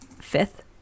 fifth